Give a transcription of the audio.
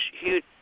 huge